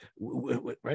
right